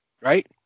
right